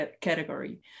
category